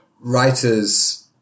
writer's